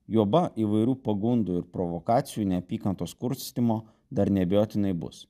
juoba įvairių pagundų ir provokacijų neapykantos kurstymo dar neabejotinai bus